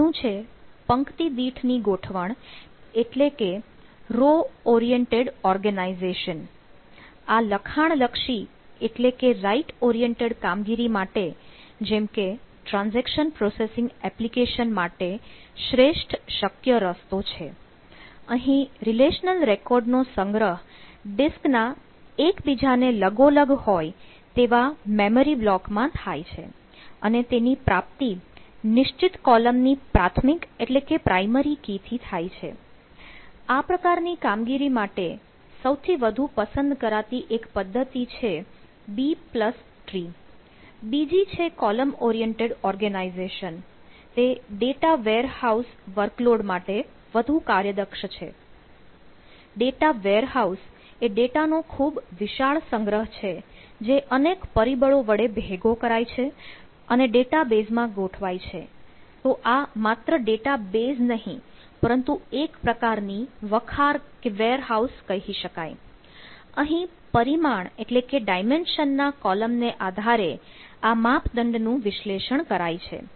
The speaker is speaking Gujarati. પહેલું છે પંક્તિ દીઠ ની ગોઠવણ એટલે કે રો ઓરિએન્ટેડ ઓર્ગેનાઇઝેશન ના કોલમ ને આધારે આ માપદંડ નું વિશ્લેષણ કરાય છે